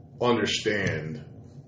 understand